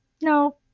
no